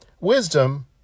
wisdom